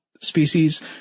species